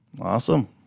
Awesome